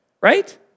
Right